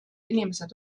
inimesed